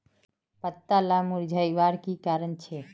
पत्ताला मुरझ्वार की कारण छे?